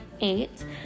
eight